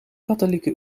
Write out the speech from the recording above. katholieke